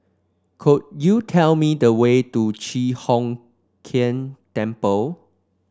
could you tell me the way to Chi Hock Keng Temple